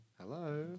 Hello